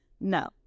No